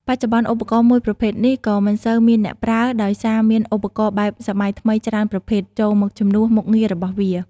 បច្ចុប្បន្នឧបរកណ៍មួយប្រភេទនេះ ក៏មិនសូវមានអ្នកប្រើ ដោយសារមានឧបករណ៍បែបសម័យថ្មីច្រើនប្រភេទ ចូលមកជំនួន មុខងាររបស់វា។